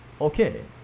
Okay